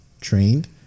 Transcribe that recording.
trained